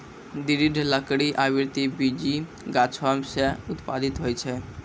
दृढ़ लकड़ी आवृति बीजी गाछो सें उत्पादित होय छै?